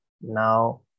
now